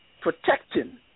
protecting